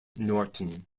norton